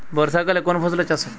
বর্ষাকালে কোন ফসলের চাষ হয়?